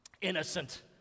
innocent